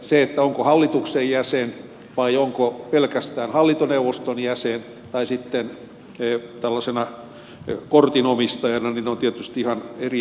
ne onko hallituksen jäsen vai onko pelkästään hallintoneuvoston jäsen tai sitten tällaisena kortin omistajana ovat tietysti ihan eri asioita